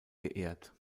geehrt